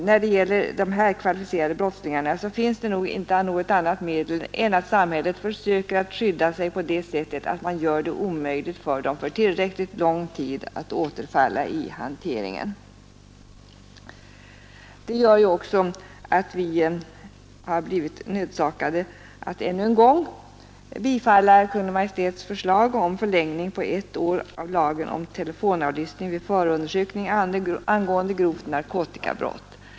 När det gäller de här kvalificerade brottslingarna finns det nog inte något annat medel än att samhället försöker att skydda sig på det sättet att man gör omöjligt för dem för tillräckligt lång tid att återfalla i hanteringen. Därför har vi också blivit nödsakade att ännu en gång tillstyrka Kungl. Maj:ts förslag om förlängning på ett år av lagen om telefonavlyssning vid förundersökning angående grovt narkotikabrott.